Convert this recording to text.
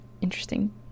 interesting